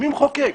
מי מחוקק?